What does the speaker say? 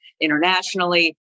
internationally